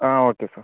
ആ okay sir